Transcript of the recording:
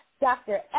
Dr